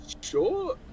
Sure